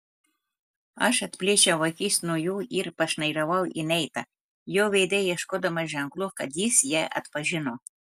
aš atplėšiau akis nuo jų ir pašnairavau į neitą jo veide ieškodama ženklų kad jis ją atpažino